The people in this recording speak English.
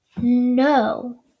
No